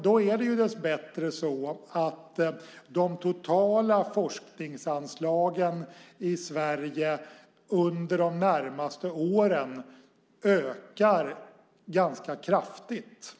Då är det dessbättre så att de totala forskningsanslagen i Sverige under de närmaste åren ökar ganska kraftigt.